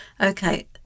Okay